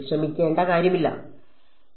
വിഷമിക്കേണ്ട കാര്യമില്ല